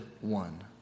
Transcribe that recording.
one